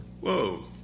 Whoa